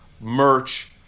merch